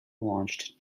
launched